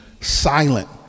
silent